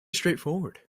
straightforward